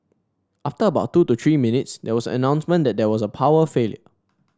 after about two to three minutes there was an announcement that there was a power failure